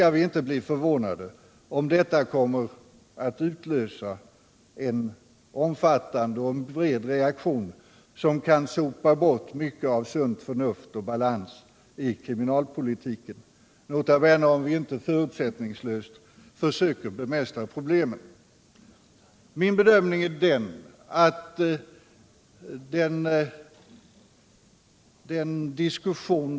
Vi skall inte bli förvånade om detta kommer att utlösa en omfattande och bred reaktion, som kan sopa bort mycket av sunt förnuft och balans i kriminalpolitiken, nota bene om vi inte förutsättningslöst försöker bemästra problemen.